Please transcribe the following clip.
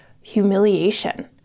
humiliation